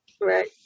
Right